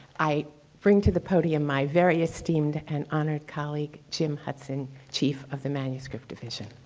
i bring to the podium my very esteemed and honored colleague, jim hutson, chief of the manuscript division.